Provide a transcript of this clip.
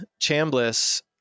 Chambliss